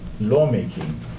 lawmaking